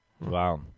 Wow